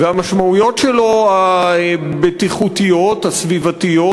והמשמעויות הבטיחותיות והסביבתיות